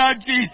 Jesus